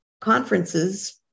conferences